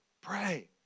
pray